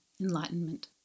enlightenment